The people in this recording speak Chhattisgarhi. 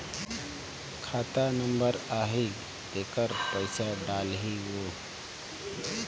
खाता नंबर आही तेकर पइसा डलहीओ?